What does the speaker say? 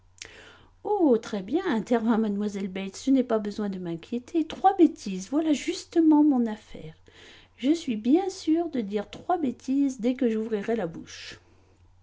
oh très bien intervint mlle bates je n'ai pas besoin de m'inquiéter trois bêtises voilà justement mon affaire je suis bien sûre de dire trois bêtises dès que j'ouvrirai la bouche